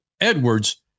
Edwards